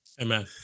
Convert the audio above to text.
Amen